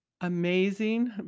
Amazing